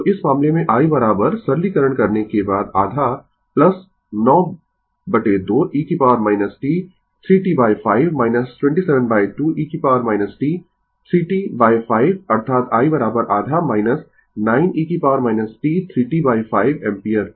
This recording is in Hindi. तो इस मामले में i सरलीकरण करने के बाद आधा 92 e t 3 t 5 272 e t 3 t 5 अर्थात i आधा 9 e t 3 t 5 एम्पीयर